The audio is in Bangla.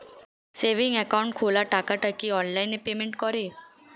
সেভিংস একাউন্ট খোলা টাকাটা কি অনলাইনে পেমেন্ট করে?